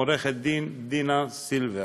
עורכת-הדין דינה זילבר.